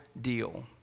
deal